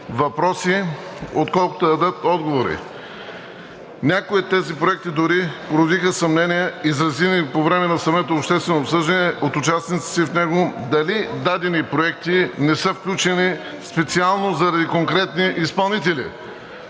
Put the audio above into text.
въпроси, отколкото да дадат отговори. Някои от тези проекти дори породиха съмнения, изразени по време на самото обществено обсъждане от участниците в него, дали дадени проекти не са включени специално заради конкретни изпълнители.